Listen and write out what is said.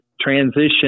transition